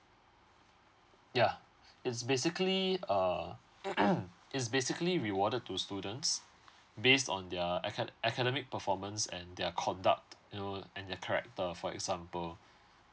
yeah it's basically uh it's basically rewarded to students based on their aca~ academic performance and their conduct you know and their character for example